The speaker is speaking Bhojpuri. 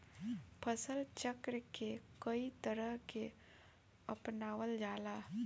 फसल चक्र के कयी तरह के अपनावल जाला?